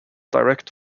direct